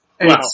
Wow